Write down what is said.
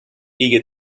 eager